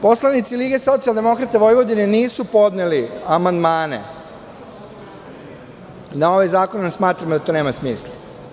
Poslanici Lige socijaldemokrata Vojvodine nisu podneli amandmane na ovaj zakon jer smatramo da to nema smisla.